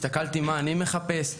הסתכלתי מה אני מחפש.